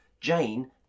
Jane